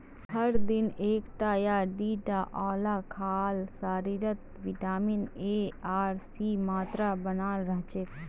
हर दिन एकटा या दिता आंवला खाल शरीरत विटामिन एर आर सीर मात्रा बनाल रह छेक